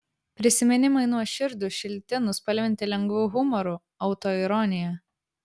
prisiminimai nuoširdūs šilti nuspalvinti lengvu humoru autoironija